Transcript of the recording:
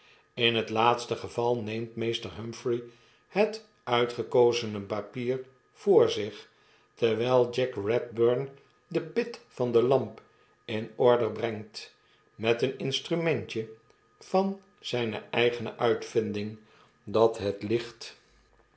in het laatste geval neemt meester humphrey het uitgekozene papier voor zich terwyl jack redburn de pit van de lamp in order brengt met een instrumentje van zyne eigene uitvinding dat het licht